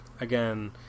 again